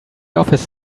office